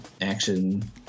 action